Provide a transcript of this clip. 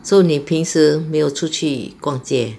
so 你平时没有出去逛街